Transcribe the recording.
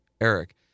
Eric